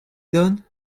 done